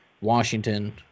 Washington